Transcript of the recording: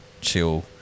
chill